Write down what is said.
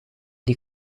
die